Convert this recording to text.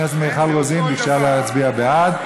בעד,